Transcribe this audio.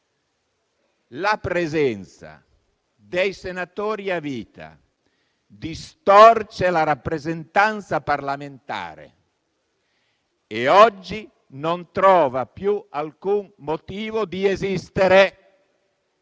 La presenza dei senatori a vita distorce la rappresentanza parlamentare e oggi non trova più alcun motivo di esistere.